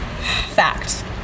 Fact